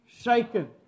shaken